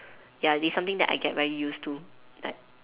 ya it's something that I get very used to like